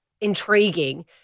intriguing